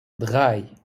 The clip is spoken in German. drei